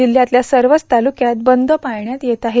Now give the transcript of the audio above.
जिल्ह्यातल्या सर्वच तालुक्यात बंद पाळण्यात येत आहे